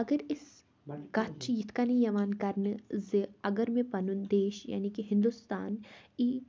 اَگر أسۍ کَتھ چھِ یِتھ کٔنہٕ یِوان کَرنہٕ زِ اَگر مےٚ پَنُن دیش یعنے کہِ ہِندوستان ای